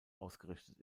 ausgerichtet